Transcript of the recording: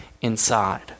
inside